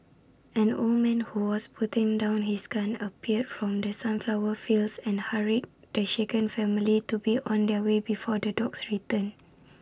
an old man who was putting down his gun appeared from the sunflower fields and hurried the shaken family to be on their way before the dogs return